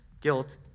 guilt